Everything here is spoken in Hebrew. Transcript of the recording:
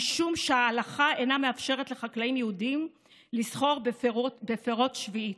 משום שההלכה אינה מאפשרת לחקלאים יהודים לסחור בפירות שביעית.